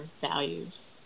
values